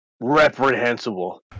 reprehensible